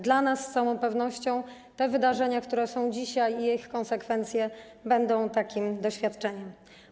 Dla nas z całą pewnością te wydarzenia, które są dzisiaj, i ich konsekwencje będą takim doświadczeniem.